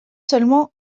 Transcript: seulement